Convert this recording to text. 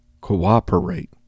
cooperate